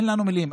אין לנו מילים.